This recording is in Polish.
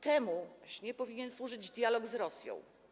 Temu właśnie powinien służyć dialog z Rosją.